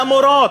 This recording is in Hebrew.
למורות.